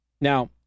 Now